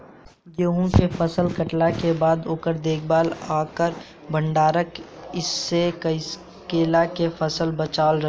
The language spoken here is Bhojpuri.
गेंहू के फसल कटला के बाद ओकर देखभाल आउर भंडारण कइसे कैला से फसल बाचल रही?